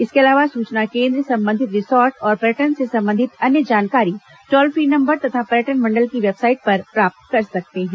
इसके अलावा सूचना केन्द्र संबंधित रिसॉर्ट और पर्यटन से संबंधित अन्य जानकारी टोल फ्री नम्बर तथा पर्यटन मंडल की वेबसाइट पर प्राप्त कर सकते हैं